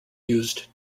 used